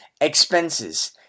expenses